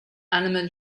animal